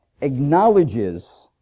acknowledges